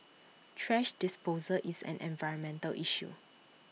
thrash disposal is an environmental issue